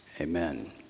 Amen